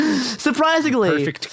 Surprisingly